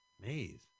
maze